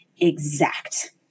exact